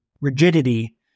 rigidity